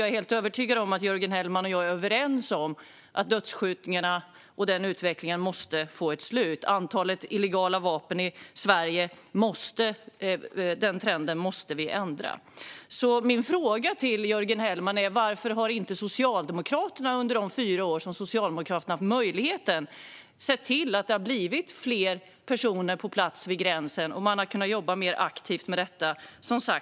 Jag är helt övertygad om att Jörgen Hellman och jag är överens om att dödsskjutningarna och den utvecklingen måste få ett slut. Vi måste ändra trenden med antalet illegala vapen i Sverige. Min fråga till Jörgen Hellman är: Varför har inte Socialdemokraterna under de fyra år som Socialdemokraterna har haft möjligheten sett till att det har blivit fler personer på plats vid gränsen så att man har kunnat arbeta mer aktivt med detta?